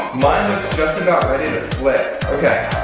mine looks just about ready to flip. okay,